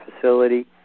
facility